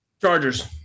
Chargers